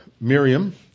miriam